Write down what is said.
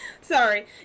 sorry